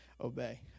obey